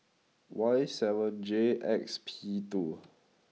Y seven J X P two